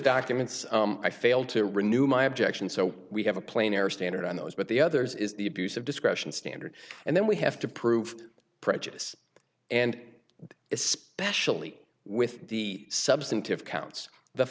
documents i failed to renew my objection so we have a plainer standard on those but the others is the abuse of discretion standard and then we have to prove prejudice and especially with the substantive counts the